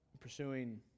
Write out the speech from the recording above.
pursuing